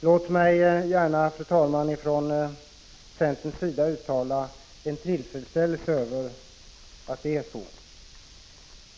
Låt mig, fru talman, från centerpartiets sida uttala tillfredsställelse över att det är så.